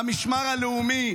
למשמר הלאומי.